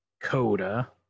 Coda